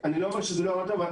אני לא יכול לענות לוועדה.